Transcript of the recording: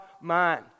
mind